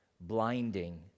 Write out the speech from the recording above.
blinding